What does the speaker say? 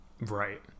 right